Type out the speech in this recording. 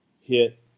hit